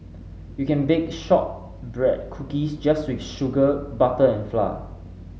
you can bake shortbread cookies just with sugar butter and flour